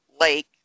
lake